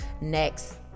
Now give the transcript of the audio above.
next